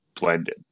blended